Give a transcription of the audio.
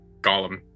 golem